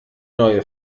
neue